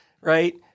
right